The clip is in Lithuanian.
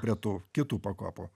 prie tų kitų pakopų